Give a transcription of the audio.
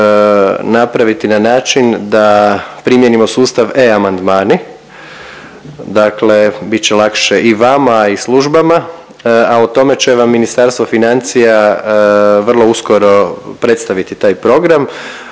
napraviti na način da primijenimo sustav e-amandmani, dakle bit će lakše i vama i službama. A o tome će vam Ministarstvo financija vrlo uskoro predstaviti taj program,